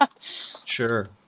Sure